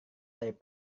dari